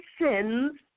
sins